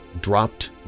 dropped